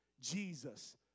Jesus